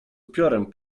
upiorem